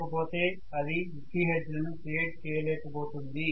లేకపోతే అది 50 హెర్ట్జ్లను క్రియేట్ చేయలేక పోతుంది